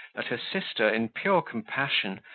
that her sister, in pure compassion,